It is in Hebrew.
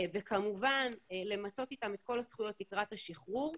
וכמובן למצות איתם את כל הזכויות לקראת השחרור,